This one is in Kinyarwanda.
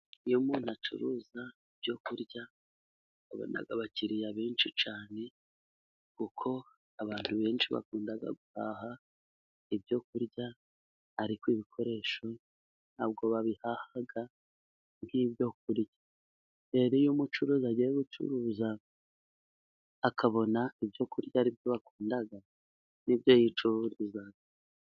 Iyo umuntu acuruza ibyo kurya abona abakiriya benshi cyane kuko abantu benshi bakundaga guhaha ibyo kurya, ariko ibikoresho ntabwo babihaha nk'ibyo kurya. Rero iyo umucuruzi agiye gucuruza akabona ibyokurya aribyo bakunda, n'ibyo yicururiza.